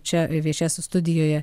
čia viešės studijoje